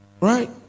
Right